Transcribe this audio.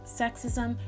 sexism